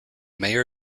mayor